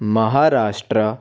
Maharashtra